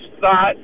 thought